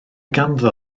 ganddo